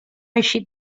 eixit